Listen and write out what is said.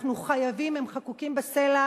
הן חקוקות בסלע,